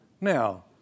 Now